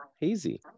hazy